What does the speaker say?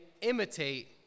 imitate